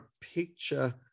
picture